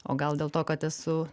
o gal dėl to kad esu